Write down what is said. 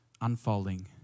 unfolding